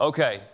Okay